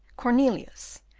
cornelius,